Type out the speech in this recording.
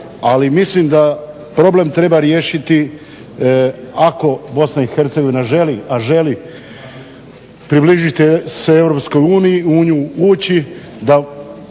Ali mislim da problem treba riješiti ako Bosna i Hercegovina želi, a želi približiti se EU, u nju ući,